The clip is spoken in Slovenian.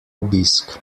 obisk